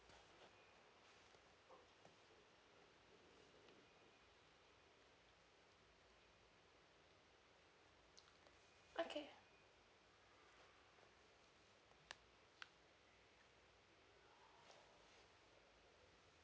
okay